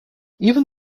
even